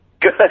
Good